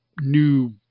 new